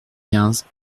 quinze